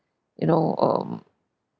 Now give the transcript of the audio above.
you know um